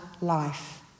life